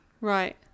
Right